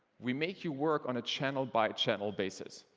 we make you work on a channel-by-channel basis.